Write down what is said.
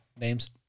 Names